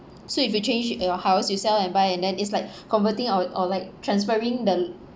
so if you change your house you sell and buy and then it's like converting or or like transferring the l~